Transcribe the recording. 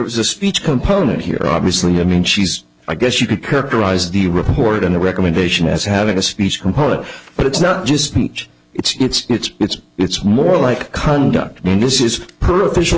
was a speech component here obviously i mean she's i guess you could characterize the report and the recommendation as having a speech component but it's not just each it's it's it's it's it's more like conduct mean this is per